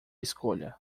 escolha